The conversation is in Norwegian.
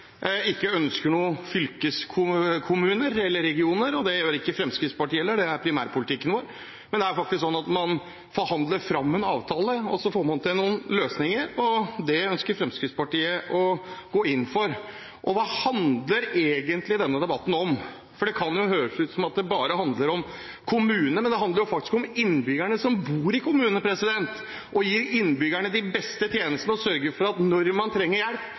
ikke ønsker fylkeskommuner eller regioner, og det gjør ikke Fremskrittspartiet heller. Det er primærpolitikken vår, men det er faktisk slik at man forhandler fram en avtale og får til noen løsninger, og det ønsker Fremskrittspartiet å gå inn for. Hva handler egentlig denne debatten om? Det kan jo høres ut som det bare handler om kommunene, men det handler faktisk om innbyggerne som bor i kommunen, om å gi innbyggerne de beste tjenestene og sørge for at når man trenger hjelp,